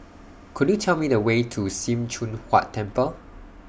Could YOU Tell Me The Way to SIM Choon Huat Temple